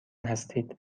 هستید